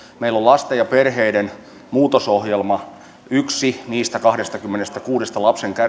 meillä on lasten ja perheiden muutosohjelma yksi niistä kahdestakymmenestäkuudesta